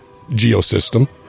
Geosystem